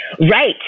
Right